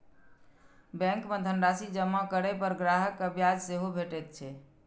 bank मे धनराशि जमा करै पर ग्राहक कें ब्याज सेहो भेटैत छैक